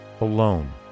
alone